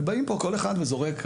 ובאים פה כל אחד וזורק.